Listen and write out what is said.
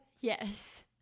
Yes